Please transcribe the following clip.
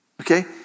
Okay